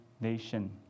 nation